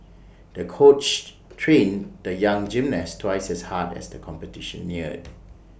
the coach trained the young gymnast twice as hard as the competition neared